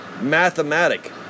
Mathematic